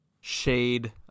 shade